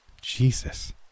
Jesus